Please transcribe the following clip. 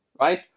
right